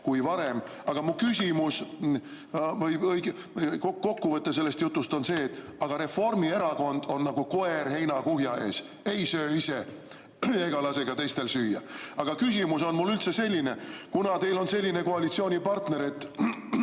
kui varem. Kokkuvõte sellest jutust on see, et Reformierakond on nagu koer heinakuhja ees: ei söö ise ega lase ka teistel süüa. Aga küsimus on mul selline. Kuna teil on selline koalitsioonipartner, et